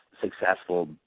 successful